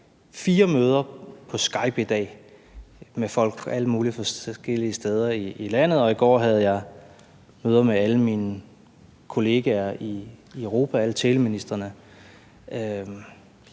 fire møder på Skype med folk fra alle mulige forskellige steder i landet. Og i går havde jeg møder med alle mine kollegaer i Europa, alle teleministrene.